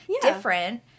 different